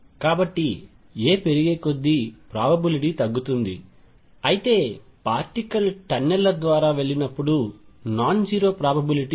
కాబట్టి a పెరిగేకొద్దీ probability తగ్గుతుంది అయితే పార్టికల్ టన్నెల్ల ద్వారా వెళ్ళినప్పుడు నాన్ జీరో ప్రాబబిలిటీ ఉంది